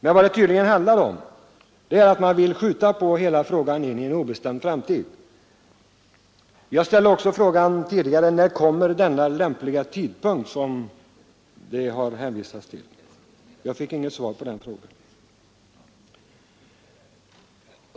Men vad det tydligen handlar om är att man vill skjuta hela frågan in i en obestämd framtid. Jag ställde också frågan tidigare: När kommer denna lämpliga tidpunkt som det har hänvisats till? Jag fick inget svar på den frågan.